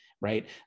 right